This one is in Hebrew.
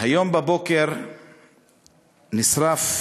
כבוד השר,